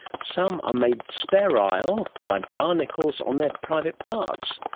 some are made sterile by barnacles on their private parts.